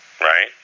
right